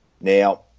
Now